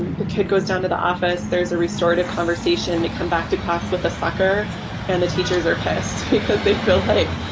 and the kid goes down to the office, there's a restorative conversation to come back to class with a sucker and the teacher s are pissed because they feel like,